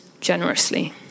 generously